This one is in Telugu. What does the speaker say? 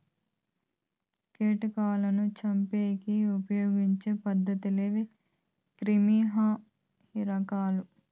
కీటకాలను చంపేకి ఉపయోగించే పదార్థాలే క్రిమిసంహారకాలు